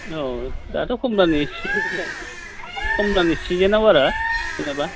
औ दाथ' खम दामनि सिजोन गैया खम दामनि सिजोन आव आरो जेनेबा